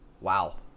Wow